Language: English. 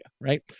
right